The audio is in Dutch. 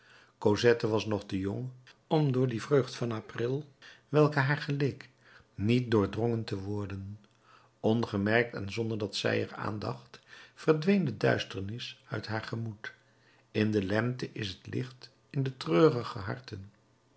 cosette was nog te jong om door die vreugd van april welke haar geleek niet doordrongen te worden ongemerkt en zonder dat zij er aan dacht verdween de duisternis uit haar gemoed in de lente is t licht in de treurige harten